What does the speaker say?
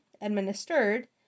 administered